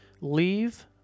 Leave